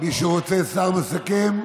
מישהו רוצה שר מסכם?